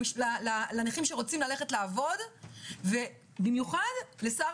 לנכים שרוצים ללכת לעבוד ובמיוחד לשר